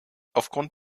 aufgrund